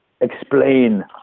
explain